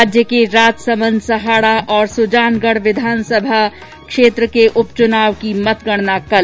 राज्य के राजसमंद सहाड़ा और सुजानगढ़ विधानसभा उपचुनाव की मतगणना कल